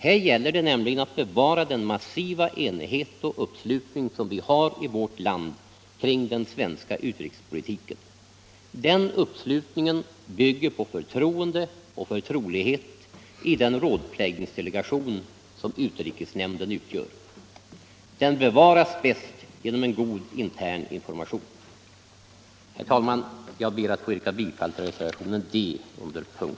Här gäller det nämligen att bevara den massiva enighet och uppslutning som vi har i vårt land kring den svenska utrikespolitiken. Den uppslutningen bygger på förtroende och förtrolighet i den rådpläg ningsdelegation som utrikesnämnden utgör. Den bevaras bäst genom god intern information. Herr talman! Jag ber att få yrka bifall till reservationen D under punk